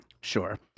Sure